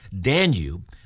Danube